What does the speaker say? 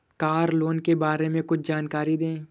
Car loan के बारे में कुछ जानकारी दें?